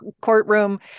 courtroom